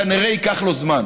כנראה ייקח לו זמן,